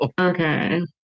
Okay